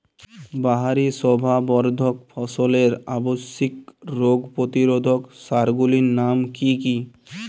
বাহারী শোভাবর্ধক ফসলের আবশ্যিক রোগ প্রতিরোধক সার গুলির নাম কি কি?